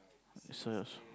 so